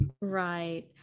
Right